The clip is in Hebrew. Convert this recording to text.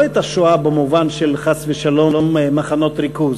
לא את השואה במובן של חס ושלום מחנות ריכוז,